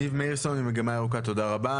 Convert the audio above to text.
ניב מאירסון ממגמה ירוקה, תודה רבה.